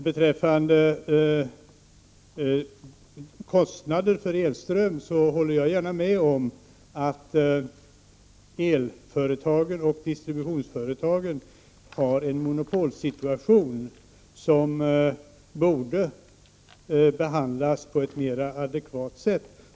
Beträffande kostnader för elström håller jag gärna med om att det för elföretagen och distributionsföretagen föreligger en monopolsituation, som borde behandlas på ett mer adekvat sätt.